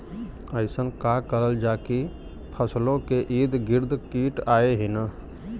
अइसन का करल जाकि फसलों के ईद गिर्द कीट आएं ही न?